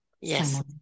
Yes